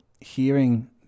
hearing